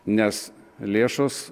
nes lėšos